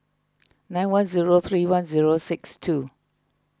nine one zero three one zero six two